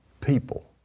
People